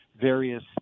various